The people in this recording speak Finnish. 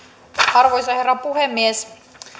arvoisa herra puhemies